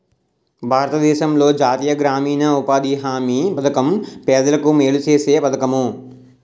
భారతదేశంలో జాతీయ గ్రామీణ ఉపాధి హామీ పధకం పేదలకు మేలు సేసే పధకము